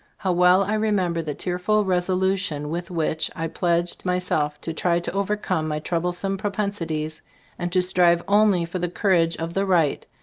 how well i remember the tearful res olution with which i pledged myself to try to overcome my troublesome propensities and to strive only for the courage of the right,